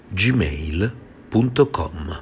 gmail.com